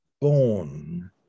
born